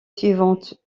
suivante